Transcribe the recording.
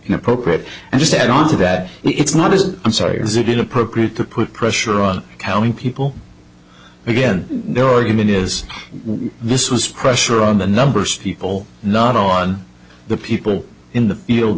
it appropriate and just add on to that it's not a i'm sorry is it inappropriate to put pressure on accounting people again their argument is this was pressure on the numbers of people not on the people in the field